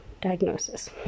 diagnosis